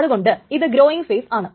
അതുകൊണ്ട് ഇത് growing phase ആണ്